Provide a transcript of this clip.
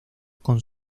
con